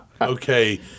Okay